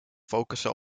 focussen